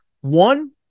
One